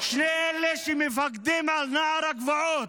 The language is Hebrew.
שני אלה שמפקדים על נערי הגבעות,